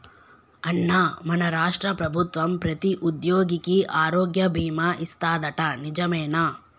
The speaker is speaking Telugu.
అన్నా మన రాష్ట్ర ప్రభుత్వం ప్రతి ఉద్యోగికి ఆరోగ్య బీమా ఇస్తాదట నిజమేనా